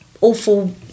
awful